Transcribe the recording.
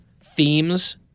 themes